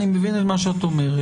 אני מבין את מה שאת אומרת.